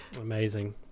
amazing